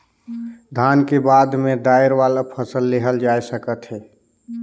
धान के बाद में दायर वाला फसल लेहल जा सकत हे